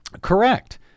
Correct